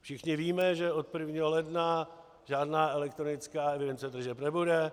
Všichni víme, že od 1. ledna žádná elektronická evidence tržeb nebude.